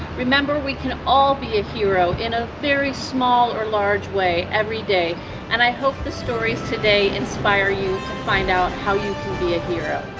remember we can all be a hero in a very small or large way every day and i hope the stories today inspire you to find out how you can be a hero.